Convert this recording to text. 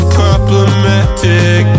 problematic